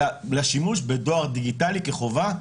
אלא לשימוש בדואר דיגיטלי כחובה,